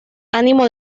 ánimo